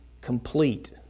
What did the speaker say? complete